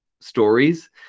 stories